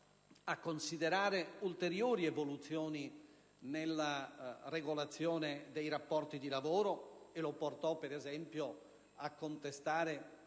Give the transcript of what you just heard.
a considerare ulteriori evoluzioni nella regolazione dei rapporti di lavoro. Ciò lo portò, per esempio, a contestare